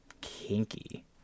Kinky